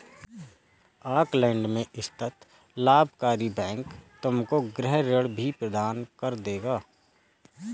Auckland में स्थित लाभकारी बैंक तुमको गृह ऋण भी प्रदान कर देगा